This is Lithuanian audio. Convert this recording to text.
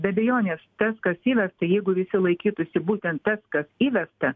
be abejonės tas kas įvesta jeigu visi laikytųsi būtent tas kas įvesta